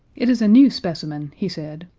it is a new specimen, he said,